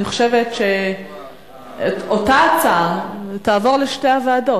אני חושבת שאותה הצעה תעבור לשתי הוועדות.